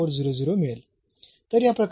0400 मिळेल